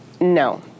No